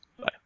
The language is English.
Bye